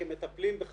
הם מטפלים ב-50,000,